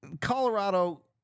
Colorado